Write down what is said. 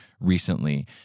recently